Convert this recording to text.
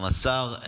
גם השר,